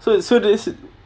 so so this